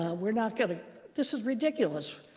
we're not going to this is ridiculous.